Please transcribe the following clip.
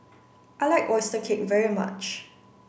I like oyster cake very much